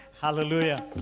hallelujah